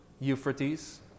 Euphrates